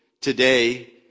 today